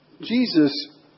Jesus